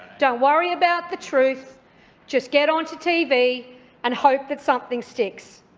don't worry about the truth just get on to tv and hope that something sticks.